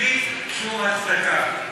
בלי שום הצדקה.